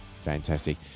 Fantastic